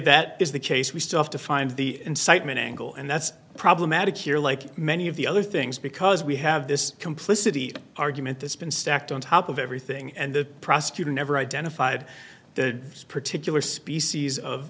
that is the case we still have to find the incitement angle and that's problematic here like many of the other things because we have this complicity argument that's been stacked on top of everything and the prosecutor never identified the particular species of